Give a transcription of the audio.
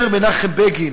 אומר מנחם בגין: